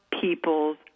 people's